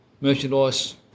merchandise